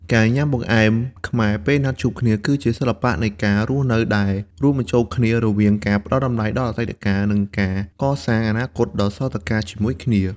ការញ៉ាំបង្អែមខ្មែរពេលណាត់ជួបគ្នា គឺជាសិល្បៈនៃការរស់នៅដែលរួមបញ្ចូលគ្នារវាងការផ្តល់តម្លៃដល់អតីតកាល និងការសាងអនាគតដ៏ស្រស់ត្រកាលជាមួយគ្នា។